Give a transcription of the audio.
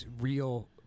real